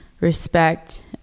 respect